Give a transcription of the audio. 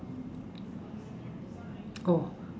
oh